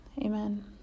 Amen